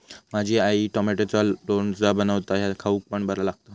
माझी आई टॉमॅटोचा लोणचा बनवता ह्या खाउक पण बरा लागता